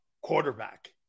quarterback